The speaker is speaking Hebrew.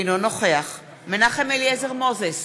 אינו נוכח מנחם אליעזר מוזס,